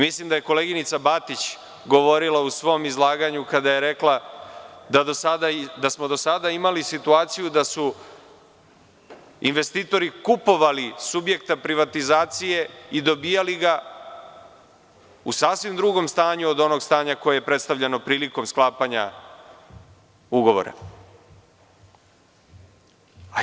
Mislim da je koleginica Batić govorila u svom izlaganju kada je rekla da smo do sada imali situaciju da su investitori kupovali subjekta privatizacije idobijali ga u sasvim drugom stanju od onog stanja koje je predstavljeno prilikom sklapanja ugovora.